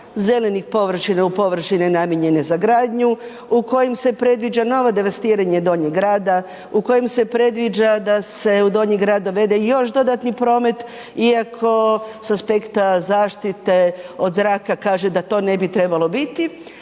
zelenih površina u površine namijenjene za gradnju u kojem se predviđa novo devastiranje Donjeg grada, u kojem se predviđa da se u Donji grad dovede još dodatni promet iako s aspekta zaštite od zraka kaže da to ne bi trebalo biti.